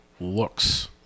looks